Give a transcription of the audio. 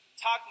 talk